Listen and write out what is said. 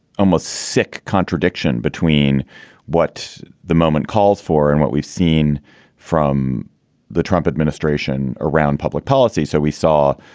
almost sick contradiction between what the moment calls for and what we've seen from the trump administration around public policy. so we saw,